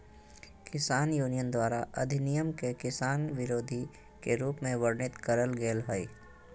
किसान यूनियन द्वारा अधिनियम के किसान विरोधी के रूप में वर्णित करल गेल हई